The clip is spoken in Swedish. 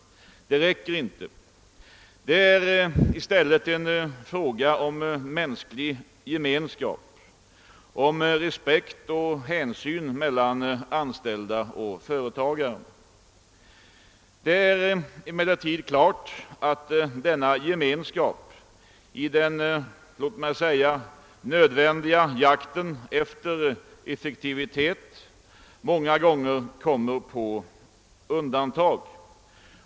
Det räcker inte. Det är i stället en fråga om mänsklig gemenskap, om respekt och hänsyn mellan anställda och företagare. Det är emellertid klart att denna gemenskap i den låt mig säga nödvändiga jakten efter effektivitet många gånger kommer på undantag.